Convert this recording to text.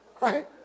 Right